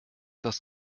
das